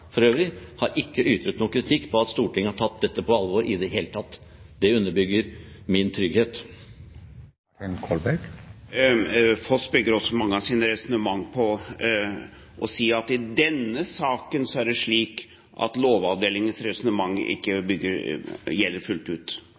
for øvrig, har ikke ytet noe kritikk på at Stortinget har tatt dette på alvor, i det hele tatt. Det underbygger min trygghet. Foss bygger også mange av sine resonnementer på å si at i denne saken er det slik at Lovavdelingens resonnement ikke gjelder fullt ut.